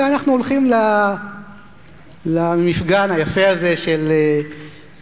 ואנחנו הולכים למפגן היפה הזה של המשואות,